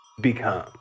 become